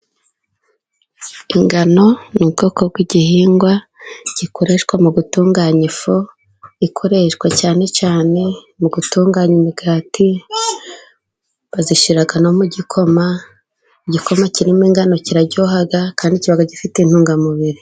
Ingano ni ubwoko bw'igihingwa gikoreshwa mu gutunganya ifu, ikoreshwa cyane cyane mu gutunganya imigati. Bazishyira no mu gikoma. Igikoma kirimo ingano kiraryoha kandi kiba gifite intungamubiri.